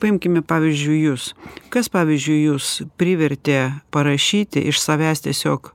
paimkime pavyzdžiui jus kas pavyzdžiui jus privertė parašyti iš savęs tiesiog